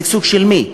שגשוג של מי?